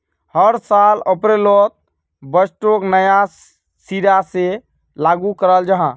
हर साल अप्रैलोत बजटोक नया सिरा से लागू कराल जहा